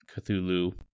Cthulhu